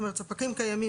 זאת אומרת ספקים קיימים,